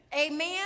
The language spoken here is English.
Amen